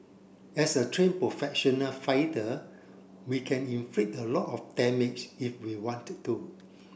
as a train professional fighter we can inflict a lot of damage if we wanted to